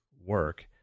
work